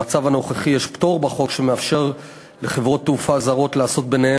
במצב הנוכחי יש פטור בחוק שמאפשר לחברות תעופה זרות לעשות ביניהן